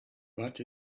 but